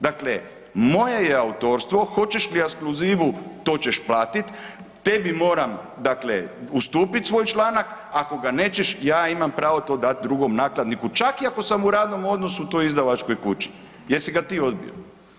Dakle, moje je autorstvo hoćeš li ekskluzivu to ćeš platiti, tebi moram dakle ustupiti svoj članak, ako ga nećeš ja imam pravo to dati drugom nakladniku čak i ako sam u radnom odnosu u toj izdavačkoj kući, jer si ga ti odbio.